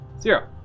zero